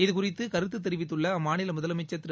இதுகுறித்து கருத்து தெரிவித்துள்ள அம்மாநில முதலமைச்சர் திரு